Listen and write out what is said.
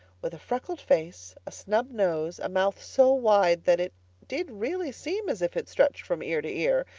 with a freckled face, a snub nose, a mouth so wide that it did really seem as if it stretched from ear to ear,